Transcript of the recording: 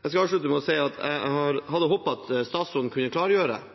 Jeg skal avslutte med å si at jeg hadde håpet statsråden kunne klargjøre –